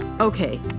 Okay